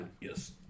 Yes